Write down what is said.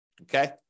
okay